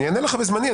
אני אענה לך בזמני.